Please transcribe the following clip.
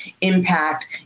impact